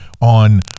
on